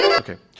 and okay.